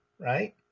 right